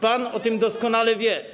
Pan o tym doskonale wie.